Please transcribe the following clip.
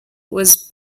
was